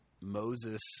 Moses